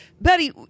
Betty